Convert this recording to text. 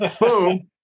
Boom